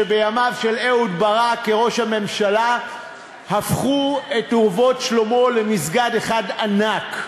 שבימיו של אהוד ברק כראש הממשלה הפכו את "אורוות שלמה" למסגד אחד ענק.